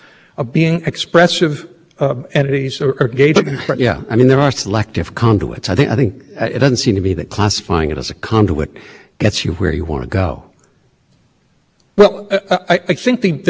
engage in the transportation of data to and from all in points of the internet and they're not engaged in speech but to go to the intermediate scrutiny point at a minimum there is at least three compelling